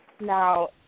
Now